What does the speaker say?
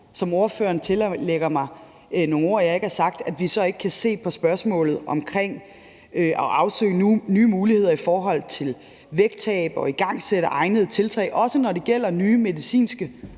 – ordføreren tillægger mig nogle ord, som jeg ikke har sagt – at vi så ikke kan se på spørgsmålet omkring at afsøge nye muligheder i forhold til vægttab og igangsætte egnede tiltag, også når det gælder nye medicinske